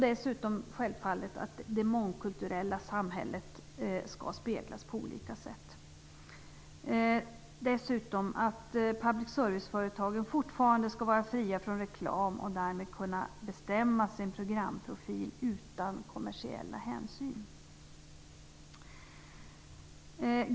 Det mångkulturella samhället skall självfallet speglas på olika sätt. Dessutom skall public service-företagen fortfarande vara fria från reklam och därmed kunna bestämma sin programprofil utan kommersiella hänsyn.